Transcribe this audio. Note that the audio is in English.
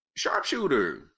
sharpshooter